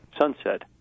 sunset